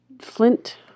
Flint